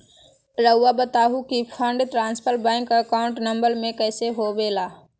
रहुआ बताहो कि fund transfer bank account number में कैसे होबेला?